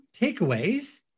takeaways